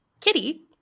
kitty